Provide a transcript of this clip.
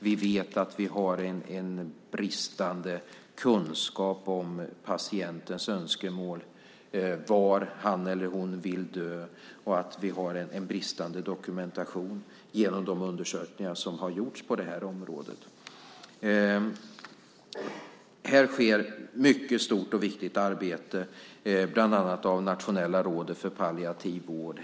Vi vet att vi har en bristande kunskap om patientens önskemål beträffande var han eller hon vill dö och att vi har en bristande dokumentation genom de undersökningar som har gjorts på det här området. Här sker mycket stort och viktigt arbete, bland annat av Nationella rådet för palliativ vård.